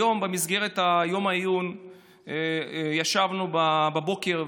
היום במסגרת יום העיון ישבנו בבוקר,